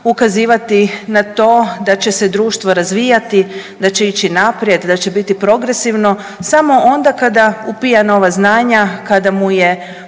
ukazivati na to da će se društvo razvijati, da će ići naprijed, da će biti progresivno samo onda kada upija nova znanja, kada mu je